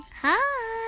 Hi